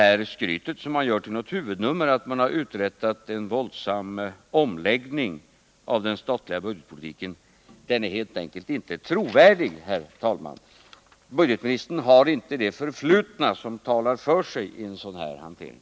Allt skryt om att man har medverkat till en våldsam omläggning av den statliga budgetpolitiken, vilket man gör ett huvudnummer av, är helt enkelt inte trovärdigt. Budgetministerns förflutna talar inte för en sådan här hantering.